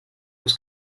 was